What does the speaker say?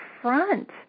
front